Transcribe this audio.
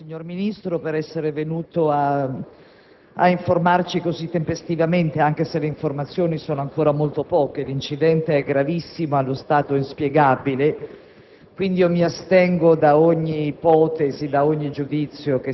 Presidente, ringrazio il signor Ministro per essere venuto a informarci così tempestivamente, anche se le informazioni sono ancora molto poche. L'incidente è gravissimo e allo stato inspiegabile,